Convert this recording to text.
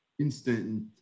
instant